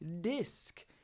disc